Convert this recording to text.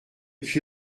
pis